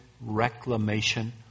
reclamation